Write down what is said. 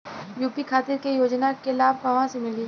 UP खातिर के योजना के लाभ कहवा से मिली?